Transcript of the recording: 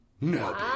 No